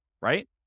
right